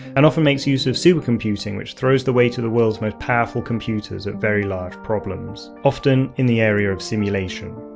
and often makes use of super computing which throws the weight of the worlds most powerful computers at very large problems, often in the area of simulation.